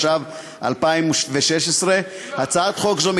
התשע"ו 2016. הצעת חוק זו,